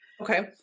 Okay